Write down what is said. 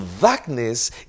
darkness